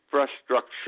infrastructure